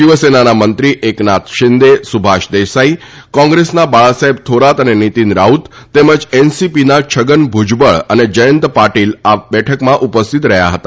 શિવસેનાના મંત્રી એકનાથ શિંદે અને સુભાષ દેસાઇ કોંગ્રેસના બાળાસાહેબ થોરાત અને નીતીન રાઉત તેમજ એનસીપીના છગન ભુજબળ અને જયંત પાટીલ આ બેઠકમાં ઉપસ્થિત રહયાં હતા